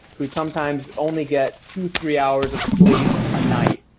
who sometimes only get two, three hours of sleep a night.